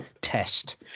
test